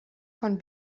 von